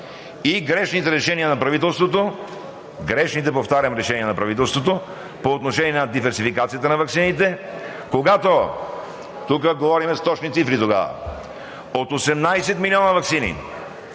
и грешните решения на правителството, повтарям: грешните решения на правителството по отношение на диверсификацията на ваксините, когато – тук говорим с точни цифри, от 18 милиона ваксини